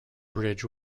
bridge